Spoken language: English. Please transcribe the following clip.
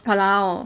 !walao!